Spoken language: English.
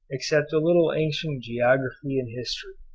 except a little ancient geography and history.